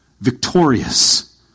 Victorious